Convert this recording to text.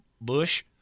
bush